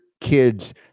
kids